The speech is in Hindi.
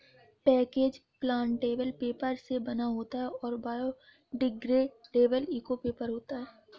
पैकेट प्लांटेबल पेपर से बना होता है और बायोडिग्रेडेबल इको पेपर होता है